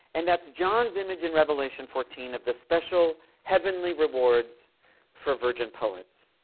and that's john's image in revelation fourteen of the special heavenly rewards for virgin poets